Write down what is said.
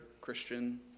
Christian